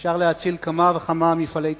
אפשר להציל כמה וכמה מפעלי "תפרון".